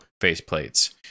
faceplates